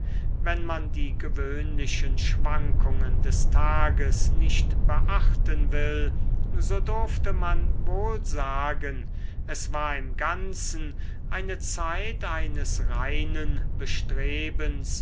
wenn man die gewöhnlichen schwankungen des tages nicht beachten will so durfte man wohl sagen es war im ganzen eine zeit eines reinen bestrebens